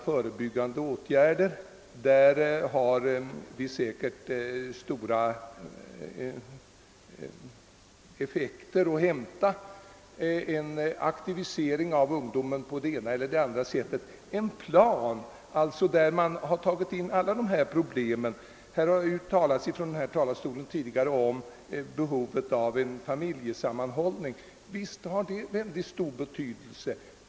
Förebyggande åtgärder måste vidtas i större utsträckning — sådana kan säkerligen få stor effekt. Här har tidigare talats om behovet av familjesamman hållning, och visst har den stor betydelse.